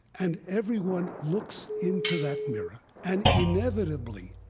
and everyone looks into that mirror and, inevitably,